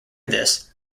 this